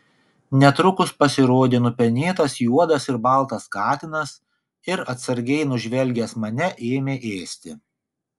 netrukus pasirodė nupenėtas juodas ir baltas katinas ir atsargiai nužvelgęs mane ėmė ėsti